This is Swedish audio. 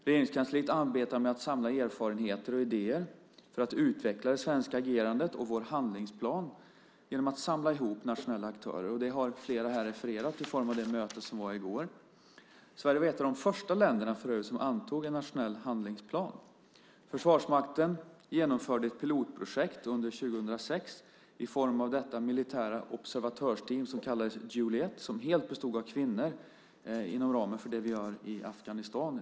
Regeringskansliet arbetar med att samla erfarenheter och idéer för att utveckla det svenska agerandet och vår handlingsplan genom att samla nationella aktörer. Det skedde, som flera här refererat till, i form av det möte som var i går. Sverige var för övrigt ett av de första länderna som antog en nationell handlingsplan. Försvarsmakten genomförde ett pilotprojekt under 2006 i form av det militära observatörsteam som kallas Juliet, och som helt bestod av kvinnor, inom ramen för det vi gör i Afghanistan.